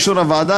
באישור הוועדה,